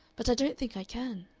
but i don't think i can.